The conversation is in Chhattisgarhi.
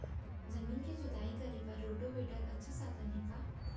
जमीन के जुताई बर रोटोवेटर अच्छा साधन हे का?